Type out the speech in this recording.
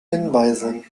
hinweisen